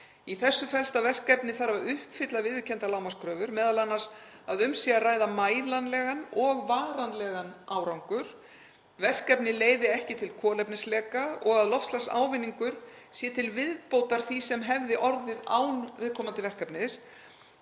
Í þessu felst að verkefni þarf að uppfylla viðurkenndar lágmarkskröfur, m.a. að um sé að ræða mælanlegan og varanlegan árangur, verkefni leiði ekki til kolefnisleka og að loftslagsávinningur sé til viðbótar því sem hefði orðið án viðkomandi verkefnis